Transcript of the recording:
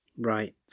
right